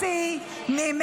זה לא נכון מה שהיא אומרת.